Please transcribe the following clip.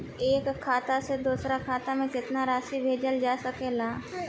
एक खाता से दूसर खाता में केतना राशि भेजल जा सके ला?